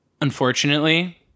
Unfortunately